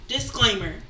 Disclaimer